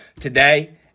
today